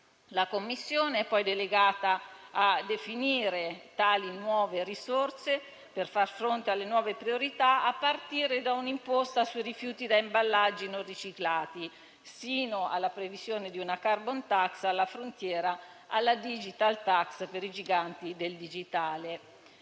La Commissione è poi delegata a definire tali nuove risorse per far fronte alle nuove priorità, a partire da un'imposta sui rifiuti da imballaggi non riciclati, sino alla previsione di una *carbon tax* alla frontiera, alla *digital tax* per i giganti del digitale.